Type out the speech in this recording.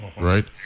right